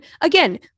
again